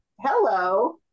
hello